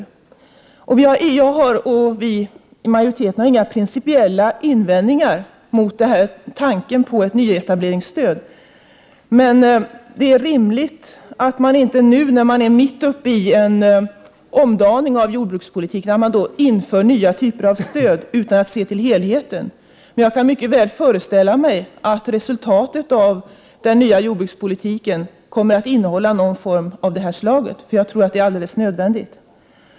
Vi som tillhör utskottsmajoriteten har inga principiella invändningar mot tanken på ett nyetableringsstöd. Men det är rimligt att man inte nu, när man är mitt uppe i en omdaning av jordbrukspolitiken, inför nya typer av stöd utan att se till helheten. Jag kan mycket väl föreställa mig att resultatet av den nya jordbrukspolitiken kommer att innehålla någon form av sådant här stöd — jag tror att det är alldeles nödvändigt.